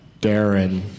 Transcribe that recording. Darren